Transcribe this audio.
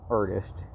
artist